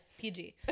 PG